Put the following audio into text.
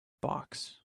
box